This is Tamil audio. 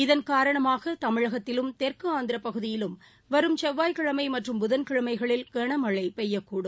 இதன் காரணமாகதமிழகத்திலும் தெற்குஆந்திரபகுதியிலும் வரும் செவ்வாய் மற்றும் புதன்கிழமைகளில் கனமழைபெய்யக்கூடும்